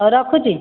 ହଉ ରଖୁଛି